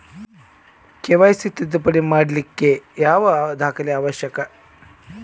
KYC ತಿದ್ದುಪಡಿ ಮಾಡ್ಲಿಕ್ಕೆ ಯಾವ ದಾಖಲೆ ಅವಶ್ಯಕ?